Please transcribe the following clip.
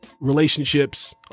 relationships